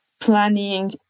planning